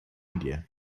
india